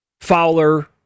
Fowler